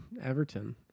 Everton